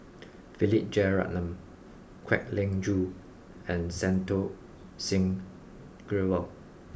Philip Jeyaretnam Kwek Leng Joo and Santokh Singh Grewal